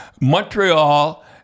Montreal